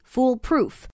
Foolproof